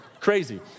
crazy